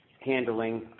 handling